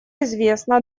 известно